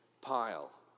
pile